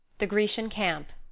the grecian camp.